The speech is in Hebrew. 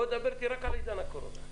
דבר איתי רק על עידן הקורונה,